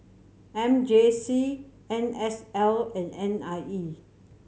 M J C N S L and N I E